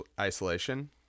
isolation